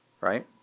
right